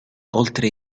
oltre